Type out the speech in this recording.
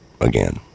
again